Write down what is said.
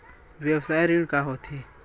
व्यवसाय ऋण का होथे?